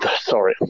sorry